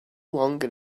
longer